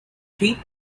teeth